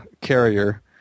carrier